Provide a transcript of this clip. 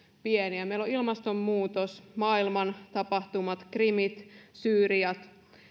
pieniä meillä on ilmastonmuutos maailman tapahtumat krimit syyriat